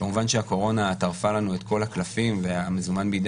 כמובן שהקורונה טרפה לנו את כל הקלפים והמזומן בידי